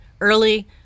early